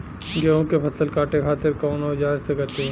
गेहूं के फसल काटे खातिर कोवन औजार से कटी?